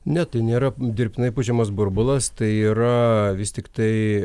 ne tai nėra dirbtinai pučiamas burbulas tai yra vis tiktai